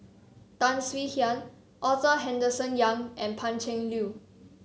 Tan Swie Hian Arthur Henderson Young and Pan Cheng Lui